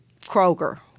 Kroger